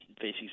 facing